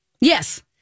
Yes